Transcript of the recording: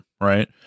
right